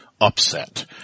upset